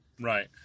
right